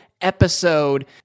episode